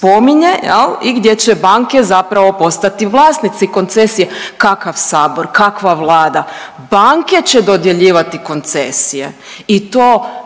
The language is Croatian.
i gdje će banke zapravo postati vlasnici koncesije, kakav sabor, kakva Vlada, banke će dodjeljivati koncesije i to